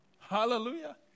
Hallelujah